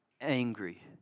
angry